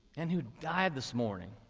and who died this morning.